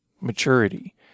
maturity